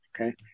okay